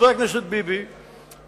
חבר הכנסת טיבי,